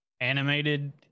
animated